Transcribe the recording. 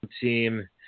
team